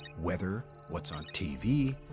weather, what's on tv,